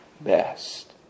best